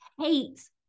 hates